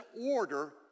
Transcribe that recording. order